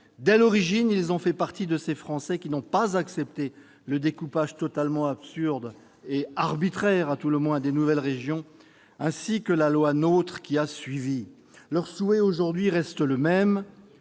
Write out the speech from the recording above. dès l'origine, ils ont fait partie de ces Français qui n'ont pas accepté le découpage totalement arbitraire et absurde des nouvelles régions, ainsi que la loi NOTRe qui a suivi. Leur souhait à ce jour reste le même